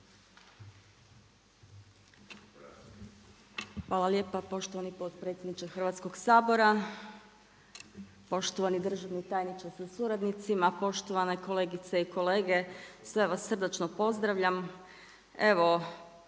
Hvala lijepa poštovani potpredsjedniče Hrvatskog sabora. Poštovani državni tajniče sa suradnicima, poštovane kolegice i kolege, sve vas srdačno pozdravljam.